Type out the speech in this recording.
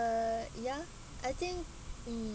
uh ya I think mm